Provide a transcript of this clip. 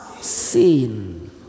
seen